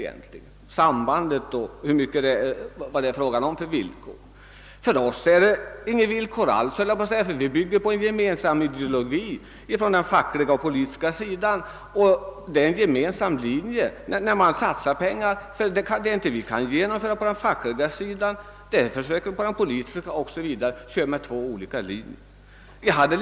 Vad det socialdemokratiska partiet beträffar skulle jag vilja säga, att bidragen inte förknippas med några villkor alls, ty verksamheten bygger på en för den fackliga och politiska sidan gemensam ideologi. Pengarna satsas alltså för en gemensam linje — det vi inte kan genomföra på den fackliga sidan försöker vi genomföra på den politiska sidan.